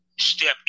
step